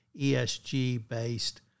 ESG-based